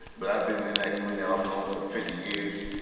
but i've been in that community off and on for fifty years.